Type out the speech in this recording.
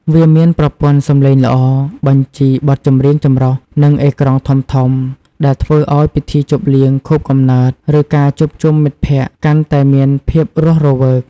វាមានប្រព័ន្ធសំឡេងល្អ បញ្ជីបទចម្រៀងចម្រុះ និងអេក្រង់ធំៗ ដែលធ្វើឲ្យពិធីជប់លៀងខួបកំណើត ឬការជួបជុំមិត្តភក្តិកាន់តែមានភាពរស់រវើក។